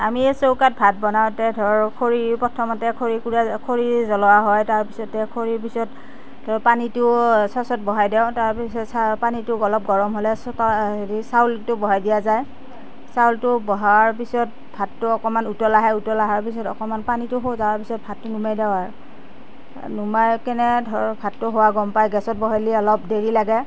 আমি এই চৌকাত ভাত বনাওঁতে ধৰ খৰি প্ৰথমতে খৰিকুৰা খৰি জ্বলোৱা হয় তাৰপিছতে খৰিৰ পিছত ধৰ পানীটো চ'চত বহাই দিওঁ তাৰপিছত পানীটো অলপ গৰম হ'লে হেৰি চাউলটো বহাই দিয়া যায় চাউলটো বহাৰ পিছত ভাতটো অকণমান উতল আহে উতল অহাৰ পিছত অকণমান পানীটো শোহ যোৱাৰ পিছত ভাতটো নমাই দিওঁ আৰু নুমাই কিনে ধৰ ভাতটো হোৱা গম পাই গেছ বহালে অলপ দেৰি লাগে